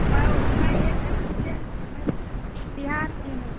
मैं मैं एक एसटूडेंट हूँ मैं बिहार की हूँ